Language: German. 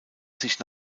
sich